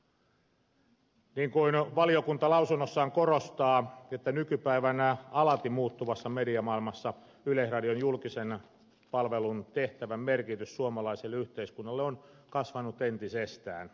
niin kuin valiokunta mietinnössään korostaa nykypäivänä alati muuttuvassa mediamaailmassa yleisradion julkisen palvelun tehtävän merkitys suomalaiselle yhteiskunnalle on kasvanut entisestään